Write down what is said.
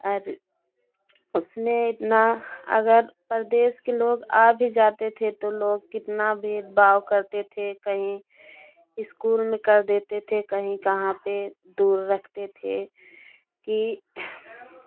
अज उसमें इतना अगर परदेस के लोग आ भी जाते थे तो लोग कितना भेदभाव करते थे कहीं इस्कूल में कर देते थे कहीं कहाँ पे दूर रखते थे कि